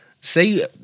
See